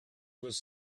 was